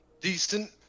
decent